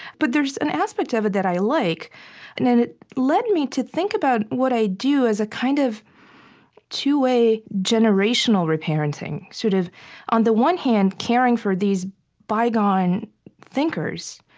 but there's an aspect of it that i like and and it led me to think about what i do as a kind of two-way, generational reparenting. sort of on the one hand, caring for these bygone thinkers,